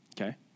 okay